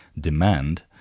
demand